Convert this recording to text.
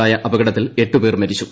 ായ അപകടത്തിൽ എട്ട് പേർ മരിച്ചു